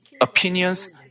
opinions